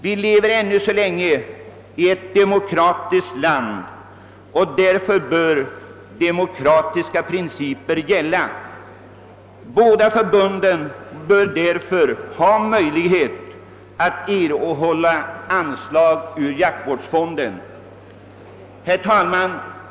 Vi lever ännu så länge i ett demokratiskt land, och därför bör demokratiska principer gälla. Båda förbunden bör ha möjlighet att erhålla anslag ur jaktvårdsfonden. Herr talman!